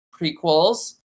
prequels